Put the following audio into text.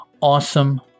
awesome